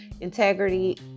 integrity